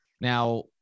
Now